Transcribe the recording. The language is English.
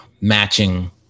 matching